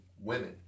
women